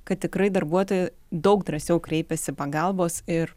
kad tikrai darbuotoja daug drąsiau kreipiasi pagalbos ir